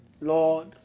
Lord